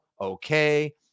Okay